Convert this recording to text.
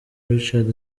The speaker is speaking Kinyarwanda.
richard